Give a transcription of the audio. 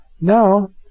Now